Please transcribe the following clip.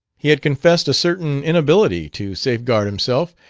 he had confessed a certain inability to safeguard himself.